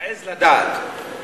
מעז לדעת.